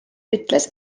ütles